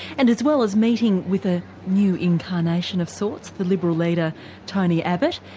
and as well as meeting with a new incarnation of sorts, the liberal leader tony abbott,